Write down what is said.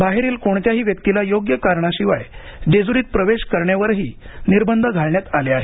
बाहेरील कोणत्याही व्यक्तीला योग्य कारणाशिवाय जेजुरीत प्रवेश करण्यावरही निर्बंध घालण्यात आले आहेत